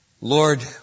Lord